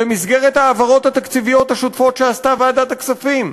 במסגרת ההעברות התקציביות השוטפות שעשתה ועדת הכספים.